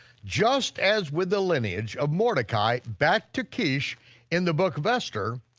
just as with the lineage of mordechai back to kish in the book of esther,